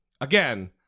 Again